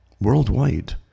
worldwide